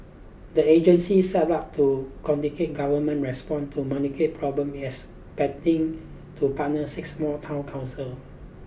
the agency set up to coordinate government response to municipal problems is expanding to partner six more town council